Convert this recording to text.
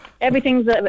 everything's